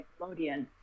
Nickelodeon